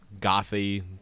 gothy